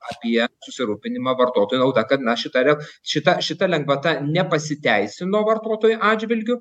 apie susirūpinimą vartotojų nauda kad na šita riau šita šita lengvata nepasiteisino vartotojo atžvilgiu